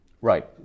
right